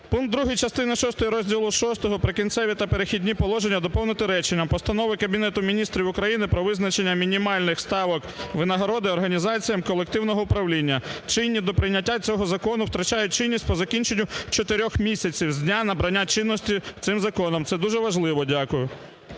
Пункт 2 частини шостої розділу VI "Прикінцеві та перехідні положення" доповнити реченням: "Постанови Кабінету Міністрів України про визначення мінімальних ставок винагороди організаціям колективного управління, чинні до прийняття цього закону, втрачає чинність по закінченню чотирьох місяців з дня набрання чинності цим законом". Це дуже важливо. Дякую.